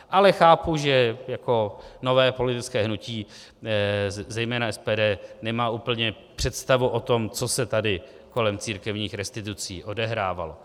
Ale chápu, že jako nové politické hnutí zejména SPD nemá úplně představu o tom, co se tady kolem církevních restitucí odehrávalo.